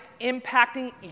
impacting